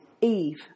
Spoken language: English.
Eve